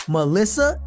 Melissa